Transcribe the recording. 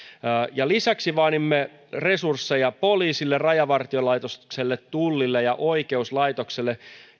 lisäksi vaadimme resursseja poliisille rajavartiolaitokselle tullille ja oikeuslaitokselle